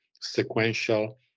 sequential